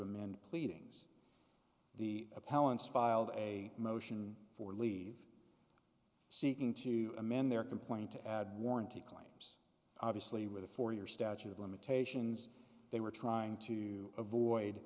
amend pleadings the appellant's filed a motion for leave seeking to amend their complaint warranty claims obviously with a four year statute of limitations they were trying to avoid